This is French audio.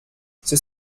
c’est